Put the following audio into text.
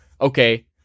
okay